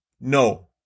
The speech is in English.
No